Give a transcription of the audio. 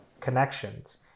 connections